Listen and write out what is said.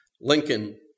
Lincoln